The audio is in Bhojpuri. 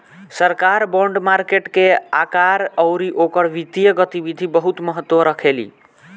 सरकार बॉन्ड मार्केट के आकार अउरी ओकर वित्तीय गतिविधि बहुत महत्व रखेली